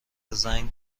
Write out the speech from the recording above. زنگ